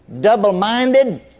Double-minded